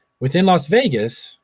within las vegas,